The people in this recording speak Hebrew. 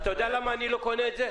אתה יודע למה אני לא קונה את זה?